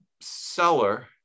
seller